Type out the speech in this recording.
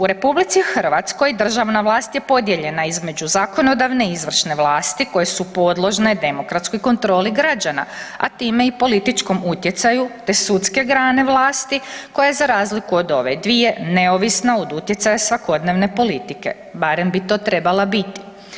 U Republici Hrvatskoj državna vlast je podijeljena između zakonodavne i izvršne vlasti koje su podložne demokratskoj kontroli građana, a time i političkom utjecaju te sudske grane vlasti koja je za razliku od ove dvije neovisna od utjecaja svakodnevne politike, barem bi to trebala biti.